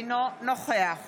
אינו נוכח